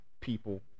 People